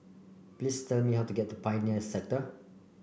please tell me how to get to Pioneer Sector